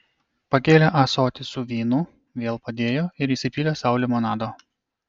pakėlė ąsotį su vynu vėl padėjo ir įsipylė sau limonado